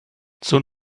zur